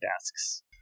desks